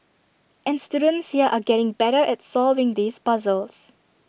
and students here are getting better at solving these puzzles